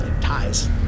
ties